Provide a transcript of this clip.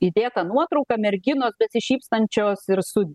įdėta nuotrauka merginos besišypsančios ir su